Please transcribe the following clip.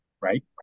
right